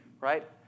right